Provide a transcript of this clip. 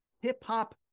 hip-hop